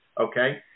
okay